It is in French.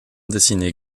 dessinée